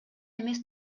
эмес